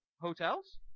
hotels